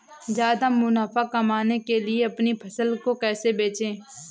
ज्यादा मुनाफा कमाने के लिए अपनी फसल को कैसे बेचें?